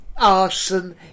arson